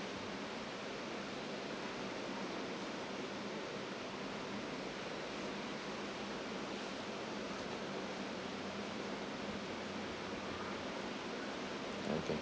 okay